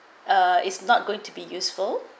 uh it's not good to be useful